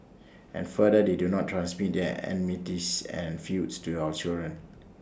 and further that they do not transmit their enmities and feuds to our children